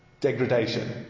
degradation